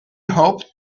hoped